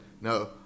no